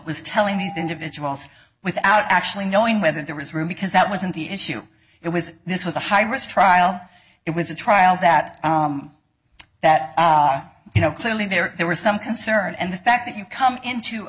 was telling these individuals without actually knowing whether there was room because that wasn't the issue it was this was a high risk trial it was a trial that that you know clearly there was some concern and the fact that you come into